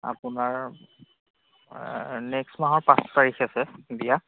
আপোনাৰ নেক্সট মাহৰ পাঁচ তাৰিখ আছে বিয়া